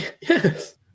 Yes